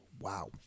Wow